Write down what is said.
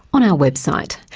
on our website,